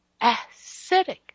acidic